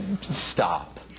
Stop